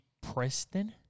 Preston